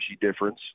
difference